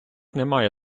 немає